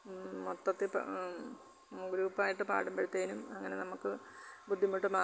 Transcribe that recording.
മൊത്തത്തിൽ പ ഗ്രൂപ്പ് ആയിട്ട് പടുമ്പഴത്തേനും അങ്ങനെ നമുക്ക് ബുദ്ധിമുട്ട് മാറുന്നുണ്ട്